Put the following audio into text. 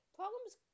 problems